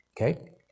Okay